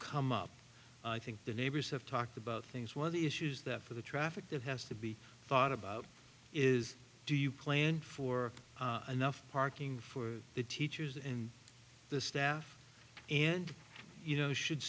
come up i think the neighbors have talked about things one of the issues that for the traffic that has to be thought about is do you plan for enough parking for the teachers and the staff and you know should